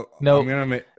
No